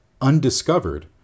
undiscovered